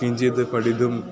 किञ्चित् पठितुं